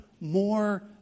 more